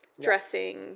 dressing